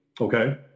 okay